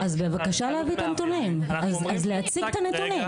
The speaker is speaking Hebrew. אז בבקשה להביא את הנתונים, אז להציג את הנתונים.